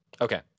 Okay